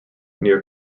near